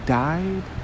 died